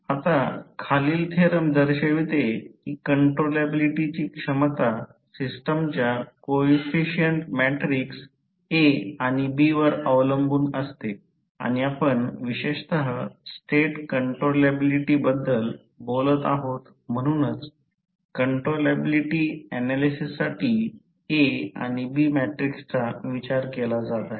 आता खालील थेरम दर्शविते की कंट्रोलॅबिलिटीची क्षमता सिस्टमच्या कोइफिसिएंट मॅट्रिक्स A आणि B वर अवलंबून असते आणि आपण विशेषत स्टेट कंट्रोलॅबिलिटी बद्दल बोलत आहोत म्हणूनच कंट्रोलॅबिलिटी ऍनालिसिससाठी A आणि B मॅट्रिक्सचा विचार केला जात आहे